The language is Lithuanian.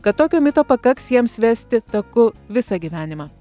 kad tokio mito pakaks jiems vesti taku visą gyvenimą